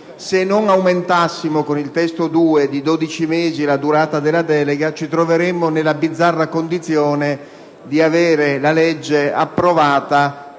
se non aumentassimo di 12 mesi la durata della delega ci troveremmo nella bizzarra condizione di avere la legge approvata